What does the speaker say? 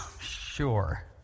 sure